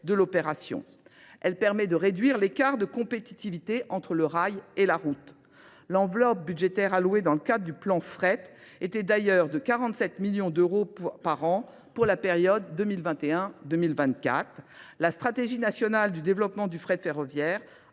de l'opération. Elle permet de réduire l'écart de compétitivité entre le rail et la route. L'enveloppe budgétaire allouée dans le cadre du plan fret était d'ailleurs de 47 millions d'euros par an pour la période 2021-2024. La stratégie nationale du développement du fret ferroviaire